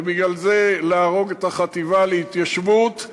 ובגלל זה להרוג את החטיבה להתיישבות,